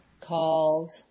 called